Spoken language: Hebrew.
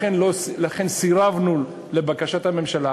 לכן סירבנו לבקשת הממשלה